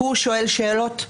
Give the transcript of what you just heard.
הוא שואל שאלות,